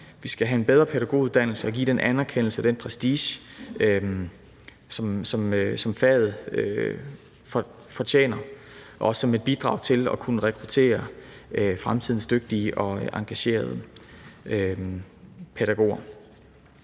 Vi skal have en bedre pædagoguddannelse og give faget den anerkendelse og prestige, som det fortjener, også som et bidrag til at kunne rekruttere fremtidens dygtige og engagerede pædagoger.